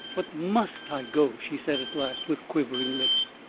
but must i go? she said at last, with quivering lips,